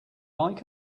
like